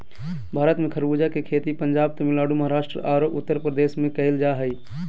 भारत में खरबूजा के खेती पंजाब, तमिलनाडु, महाराष्ट्र आरो उत्तरप्रदेश में कैल जा हई